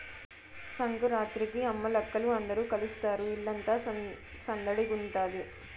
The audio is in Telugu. సంకురాత్రికి అమ్మలక్కల అందరూ కలుస్తారు ఇల్లంతా సందడిగుంతాది